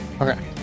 Okay